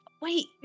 wait